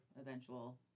eventual